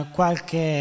qualche